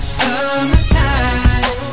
summertime